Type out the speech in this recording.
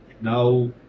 Now